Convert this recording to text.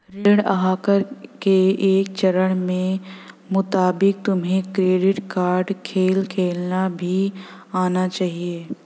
ऋण आहार के एक चरण के मुताबिक तुम्हें क्रेडिट कार्ड खेल खेलना भी आना चाहिए